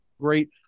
great